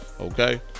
okay